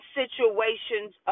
situations